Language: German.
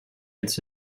als